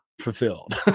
fulfilled